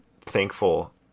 thankful